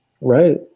Right